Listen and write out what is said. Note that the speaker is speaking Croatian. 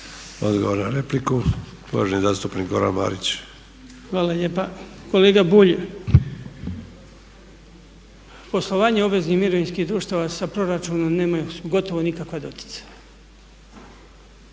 Odgovor na repliku uvaženi zastupnik Goran Marić. **Marić, Goran (HDZ)** Hvala lijepa. Kolega Bulj, poslovanje obveznih mirovinskih društava sa proračunom nemaju gotovo nikakva doticaja.